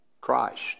Christ